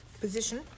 Position